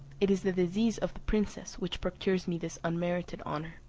it is the disease of the princess which procures me this unmerited honour.